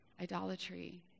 idolatry